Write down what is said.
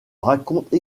raconte